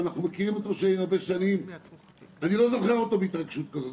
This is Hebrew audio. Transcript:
אנחנו מכירים אותו הרבה שנים ואני לא זוכר אותו בהתרגשות כזאת,